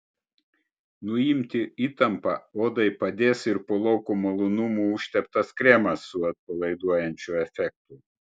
nuimti įtampą odai padės ir po lauko malonumų užteptas kremas su atpalaiduojančiu efektu